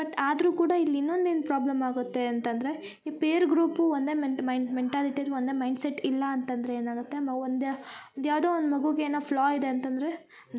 but ಆದರೂ ಕೂಡ ಇಲ್ಲಿ ಇನ್ನೊಂದು ಏನು ಪ್ರಾಬ್ಲಮ್ ಆಗತ್ತೆ ಅಂತಂದರೆ ಈ ಪೇರ್ ಗ್ರೂಪು ಒಂದೆ ಮೆಟಾಲಿಟಿ ಒಂದೇ ಮೈಂಡ್ಸೆಟ್ ಇಲ್ಲ ಅಂತಂದರೆ ಏನಾಗತ್ತೆ ಒಂದು ಅದ್ಯಾವುದೋ ಒಂದು ಮಗುಗ ಏನೊ ಫ್ಲಾ ಇದೆ ಅಂತಂದರೆ ಅಂದರೆ ಇವ್ರ ಒಂದ್